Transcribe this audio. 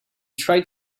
tried